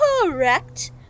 Correct